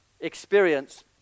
experience